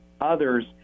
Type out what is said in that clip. others